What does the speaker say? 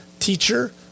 teacher